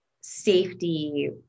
safety